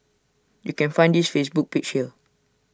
you can find his Facebook page here